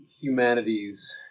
humanities